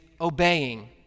obeying